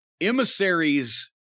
emissaries